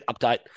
update